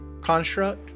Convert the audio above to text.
construct